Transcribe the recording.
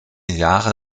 jahre